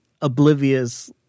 oblivious –